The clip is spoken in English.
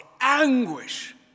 anguish